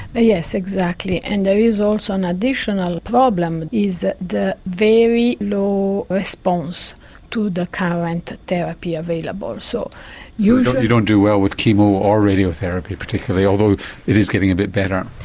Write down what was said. but yes, exactly and there is also an additional problem is that the very low response to the current therapy available. so you you don't do well with chemo or radiotherapy particularly although it is getting a bit better?